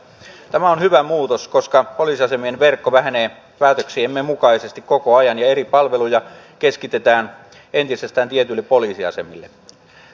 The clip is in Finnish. tämä on hyvä muutos koska poliisiasemien verkko vähenee päätöksiemme mukaisesti koko ajan ja eri palveluja keskitetään entisestään tietyille poliisiasemille